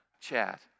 chat